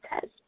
says